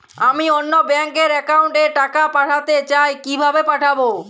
আমি অন্য ব্যাংক র অ্যাকাউন্ট এ টাকা পাঠাতে চাই কিভাবে পাঠাবো?